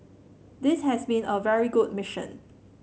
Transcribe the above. this has been a very good mission